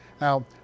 Now